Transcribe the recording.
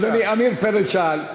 אדוני, אני מציע, אדוני, עמיר פרץ שאל.